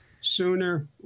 sooner